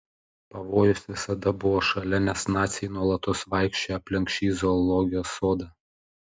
pavojus visada buvo šalia nes naciai nuolatos vaikščiojo aplink šį zoologijos sodą